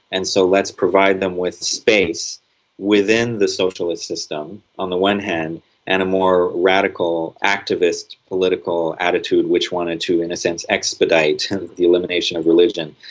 and so let's provide them with space within the socialist system, on the one hand and a more radical, activist political attitude which wanted to, in a sense, expedite the elimination of religion.